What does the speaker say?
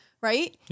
right